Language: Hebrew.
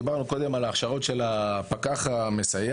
דיברנו קודם על ההכשרות של הפקח המסייע,